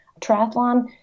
triathlon